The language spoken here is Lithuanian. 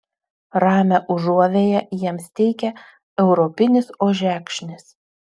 ramią užuovėją jiems teikia europinis ožekšnis